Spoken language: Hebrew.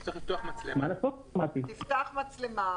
תפתח מצלמה